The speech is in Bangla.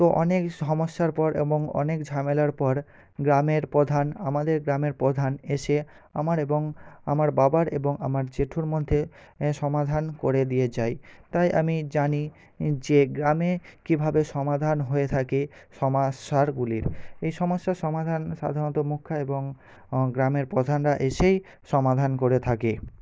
তো অনেক সমস্যার পর এবং অনেক ঝামেলার পর গ্রামের প্রধান আমাদের গ্রামের প্রধান এসে আমার এবং আমার বাবার এবং আমার জেঠুর মধ্যে এ সমাধান করে দিয়ে যায় তাই আমি জানি যে গ্রামে কীভাবে সমাধান হয়ে থাকে সমস্যারগুলির এই সমস্যার সমাধান সাধারণত মুখ্যা এবং গ্রামের প্রধানরা এসেই সমাধান করে থাকে